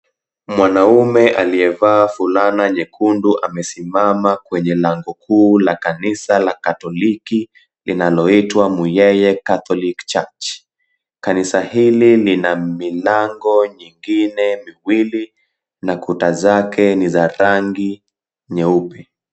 Mwanaume aliyevaa fulana nyekundu amesimama kwenye lango kuu la kanisa la katoliki linaloitwa Muyeye Catholic Church. Kanisa hili lina milango nyingine miwili na kuta zake ni za rangi nyeupe.